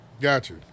gotcha